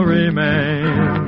remain